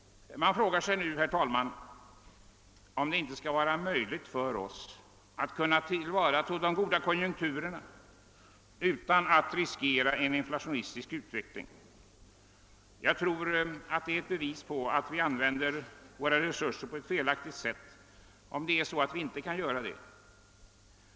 Man frågar sig nu, herr talman, om det inte skall vara möjligt för oss att tillvarataga de goda konjunkturerna utan att riskera en inflationistisk utveckling. Jag tror att det är ett bevis på att vi använder våra resurser på ett felaktigt sätt om vi inte kan göra detta.